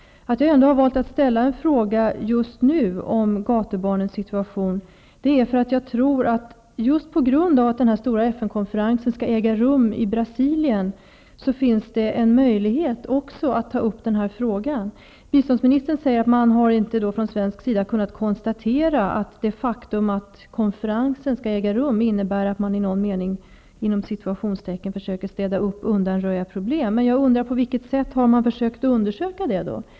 Att jag ändå har valt att ställa en fråga just nu angående gatubarnens situa tion beror på att jag tror att det är lämpligt tack vare att FN:n konferensen skall äga rum i Brasilien. Biståndsministern säger att det från svensk sida inte har kunnat konstateras att man i någon mening försöker ''städa upp'' -- undanröja problem -- med anledning av konferensen. Jag undrar på vilket sätt man har försökt under söka det?